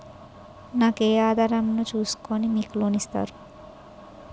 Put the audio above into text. నాకు ఏ ఆధారం ను చూస్కుని మీరు లోన్ ఇస్తారు?